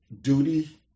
duty